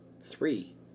Three